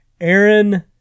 Aaron